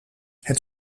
het